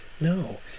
No